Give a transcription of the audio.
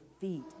feet